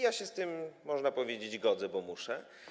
Ja się z tym, można powiedzieć, godzę, bo muszę.